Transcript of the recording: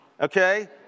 Okay